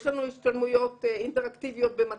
יש לנו השתלמויות אינטראקטיביות במט"ח.